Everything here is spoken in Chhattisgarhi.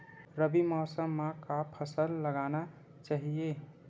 रबी मौसम म का फसल लगाना चहिए?